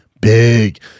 big